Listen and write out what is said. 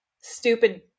stupid